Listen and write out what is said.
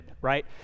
right